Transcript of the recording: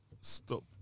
stop